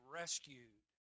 rescued